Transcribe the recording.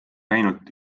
ainult